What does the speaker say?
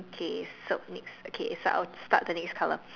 okay so next okay so I'll start the next color